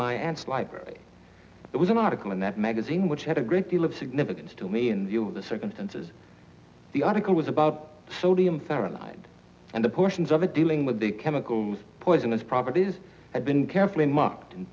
my aunt's library that was an article in that magazine which had a great deal of significance to me in the older circumstances the article was about sodium fahrenheit and the portions of the dealing with the chemical poisonous properties had been carefully marked and